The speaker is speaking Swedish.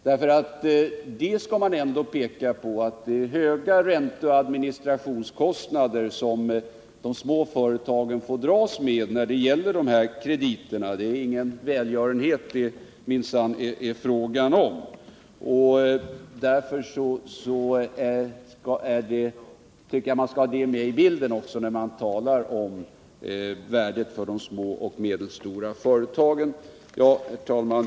Småföretagen får dras med höga ränteoch administrationskostnader för dessa krediter — det är minsann inte fråga om någon välgörenhet. Detta bör man också ha med i bilden när man talar om finansbolagens värde för de små och medelstora företagen. Herr talman!